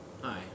hi